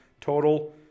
total